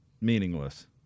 meaningless